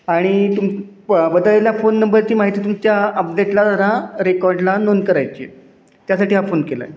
आणि तुम बदललेल्या फोन नंबर ती माहिती तुमच्या अपडेटला जरा रेकॉर्डला नोंद करायची आहे त्यासाठी हा फोन केला आहे